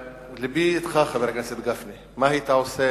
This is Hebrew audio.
לבי אתך, חבר הכנסת גפני, מה היית עושה